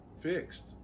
fixed